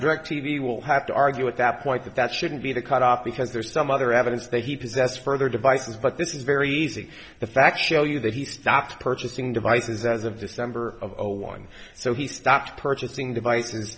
directv will have to argue at that point that that shouldn't be the cutoff because there's some other evidence that he possesses further devices but this is very easy the facts show you that he stopped purchasing devices as of december of zero one so he stopped purchasing devices